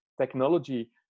technology